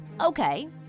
Okay